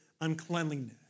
uncleanliness